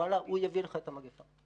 ואללה, זה יביא לך את המגפה.